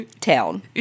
town